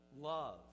love